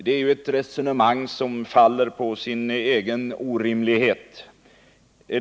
Detta är ett resonemang som faller på sin egen orimlighet.